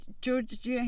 george